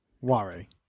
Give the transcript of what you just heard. worry